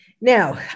Now